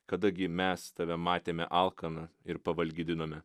kada gi mes tave matėme alkaną ir pavalgydinome